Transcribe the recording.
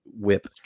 whip